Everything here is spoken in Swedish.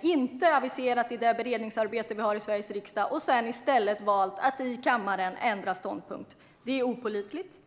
inte aviserat under beredningsarbetet utan i stället valt att ändra ståndpunkt här i kammaren. Det är opålitligt.